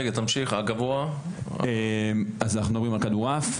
אנחנו מדברים על כדור עף,